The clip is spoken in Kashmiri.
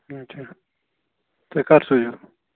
اَچھا تُہۍ کر سوٗزیو